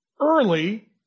early